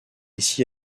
ici